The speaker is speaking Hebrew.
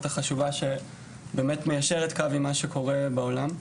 החשובה שמיישרת קו עם מה שקורה בעולם.